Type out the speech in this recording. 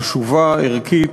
חשובה, ערכית.